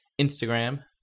Instagram